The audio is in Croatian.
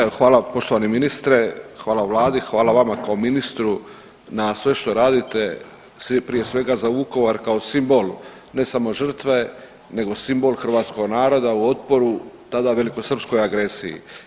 Evo hvala poštovani ministre, hvala vladi, hvala vama kao ministru na sve što radite, prije svega za Vukovar kao simbol ne samo žrtve nego simbol hrvatskog naroda u otporu tada velikosrpskoj agresiji.